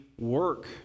work